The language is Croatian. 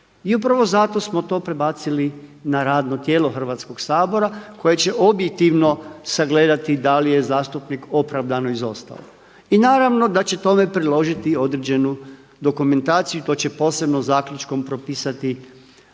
I upravo zato smo to prebacili na radno tijelo Hrvatskoga sabora koje će objektivno sagledati da li je zastupnik opravdano izostao. I naravno da će tome priložiti određenu dokumentaciju i to će posebno zaključkom propisati to radno